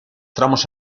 tramos